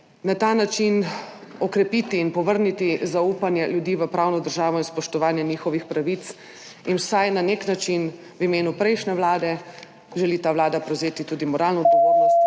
na ta način okrepiti in povrniti zaupanje ljudi v pravno državo in spoštovanje njihovih pravic. In vsaj na nek način želi v imenu prejšnje vlade ta vlada prevzeti tudi moralno odgovornost